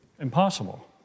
Impossible